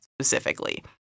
specifically